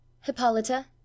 hippolyta